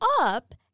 up